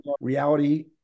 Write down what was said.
reality